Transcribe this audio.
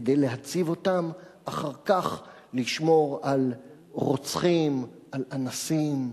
כדי להציב אותם אחר כך לשמור על רוצחים, על אנסים,